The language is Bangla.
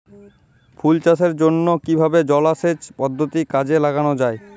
ফুল চাষের জন্য কিভাবে জলাসেচ পদ্ধতি কাজে লাগানো যাই?